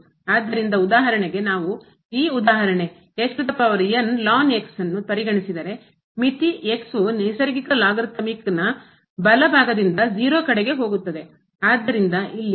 ಆದ್ದರಿಂದ ಉದಾಹರಣೆಗೆ ನಾವು ಈ ಉದಾಹರಣೆ ಯನ್ನು ಪರಿಗಣಿಸಿದರೆ ಮಿತಿ ವು ನೈಸರ್ಗಿಕ ಲಾಗರಿಥಮಿಕ್ ನ ಬಲ ಭಾಗದಿಂದ 0 ಕಡೆಗೆ ಹೋಗುತ್ತದೆ